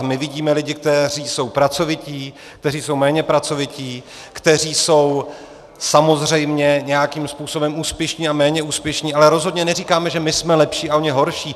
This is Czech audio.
My vidíme lidi, kteří jsou pracovití, kteří jsou méně pracovití, kteří jsou samozřejmě nějakým způsobem úspěšní a méně úspěšní, ale rozhodně neříkáme, že my jsme lepší a oni horší.